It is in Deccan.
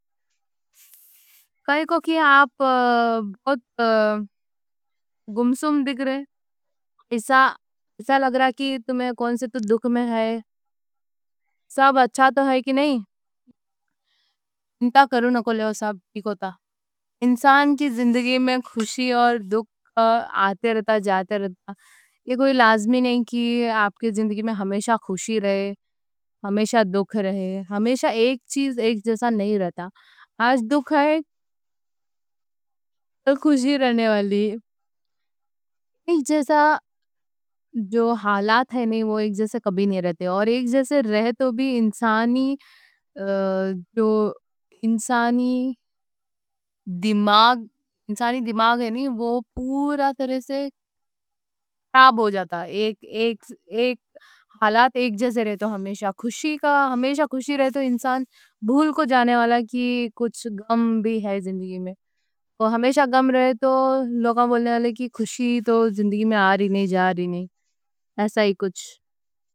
کائیں کوں کہ آپ بہت گم سم دیکھ رہے ہیں۔ ایسا لگ رہا کہ تمہیں کون سے تو دکھ میں ہے، سب اچھا تو ہے کی نہیں؟ اینتا کرو نکو لو، سب بھی کوتا انسان کی زندگی میں خوشی اور دکھ آتے رہتا، جاتے رہتا۔ یہ کوئی لازمی نہیں کی آپ کے زندگی میں ہمیشہ خوشی رہے، ہمیشہ دکھ رہے، ہمیشہ ایک چیز ایک جیسا نہیں رہتا۔ آج دکھ ہے تو خوشی رہنے والی، ایک جیسا جو حالات ہیں نہیں، وہ ایک جیسے کبھی نہیں رہتے، اور ایک جیسے رہتو بھی۔ انسانی دماغ پورا طرح سے خراب ہو جاتا۔ حالات ایک جیسے رہتو، ہمیشہ ہمیشہ خوشی رہتو، انسان بھول کو جانے والا کی کچھ غم بھی ہے زندگی میں۔ ہمیشہ غم رہتو، لوگاں بولنے والے کی خوشی تو زندگی میں آ رہی نہیں، جا رہی نہیں۔ ایسا ہی کچھ۔